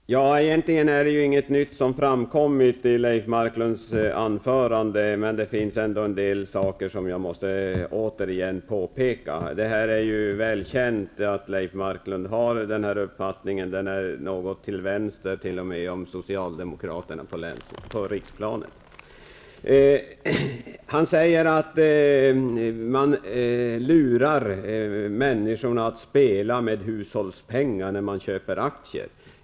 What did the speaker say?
Herr talman! Egentligen har ingenting nytt framkommit i Leif Marklunds anförande. Det finns ändå en del saker som jag återigen måste påpeka. Det är välkänt att Leif Marklund har denna uppfattning. Den ligger t.o.m. något till vänster om den uppfattning som Leif Marklund säger att man lurar människorna att spela med hushållspengarna när de köper aktier.